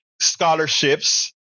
scholarships